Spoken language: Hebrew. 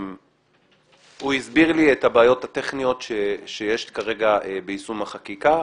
הוא הסביר לי את הבעיות הטכניות שיש כרגע ביישום החקיקה,